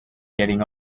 getting